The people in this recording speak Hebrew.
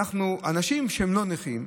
אנשים שהם לא נכים,